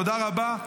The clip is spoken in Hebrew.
תודה רבה.